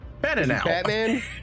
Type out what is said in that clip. Batman